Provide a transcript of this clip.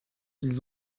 ils